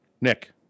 Nick